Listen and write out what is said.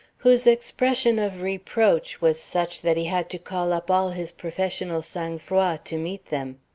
whose expression of reproach was such that he had to call up all his professional sangfroid to meet them.